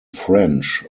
french